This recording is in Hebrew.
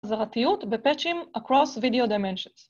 ח‫זרתיות בפצ'ים Across video dimension